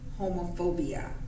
homophobia